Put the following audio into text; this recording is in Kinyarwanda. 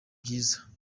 byiza